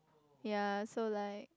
ya so like